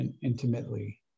intimately